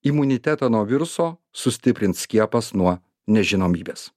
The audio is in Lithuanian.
imunitetą nuo viruso sustiprins skiepas nuo nežinomybės